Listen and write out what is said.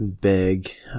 big